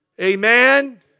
Amen